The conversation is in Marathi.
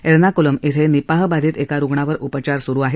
र्वीकुलम कुं निपाह बाधित का रुग्णावर उपचार सुरु आहेत